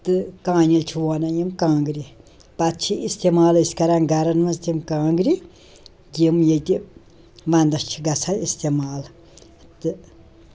تہٕ کانِل چھِ وونان یِم کانٛگرِ پتہٕ چھِ استعمال أسۍ کَران گرن منٛز تِم کانٛگرِ یِم ییٚتہِ ونٛدس چھِ گژھن استعمال تہٕ